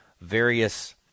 various